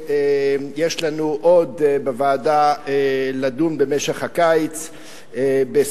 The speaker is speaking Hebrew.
השינוי העיקרי שהחוק הזה מציב זה איחוד